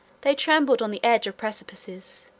they trembled on the edge of precipices,